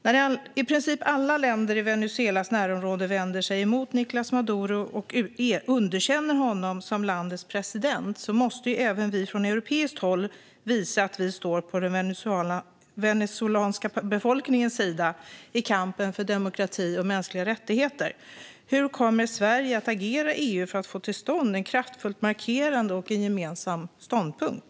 När i princip alla länder i Venezuelas närområde vänder sig emot Nicolás Maduro och underkänner honom som landets president måste även vi från europeiskt håll visa att vi står på den venezuelanska befolkningens sida i kampen för demokrati och mänskliga rättigheter. Hur kommer Sverige att agera i EU för att få till stånd ett kraftfullt markerande och en gemensam ståndpunkt?